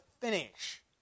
finish